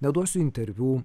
neduosiu interviu